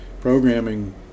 programming